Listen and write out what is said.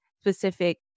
specific